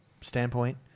standpoint